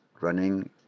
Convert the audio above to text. running